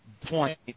point